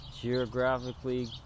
geographically